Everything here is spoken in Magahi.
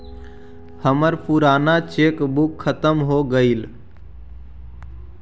हमर पूराना चेक बुक खत्म हो गईल